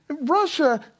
Russia